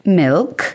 milk